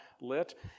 lit